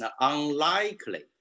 Unlikely